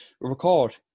record